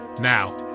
now